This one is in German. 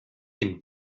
dem